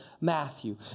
Matthew